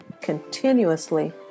Continuously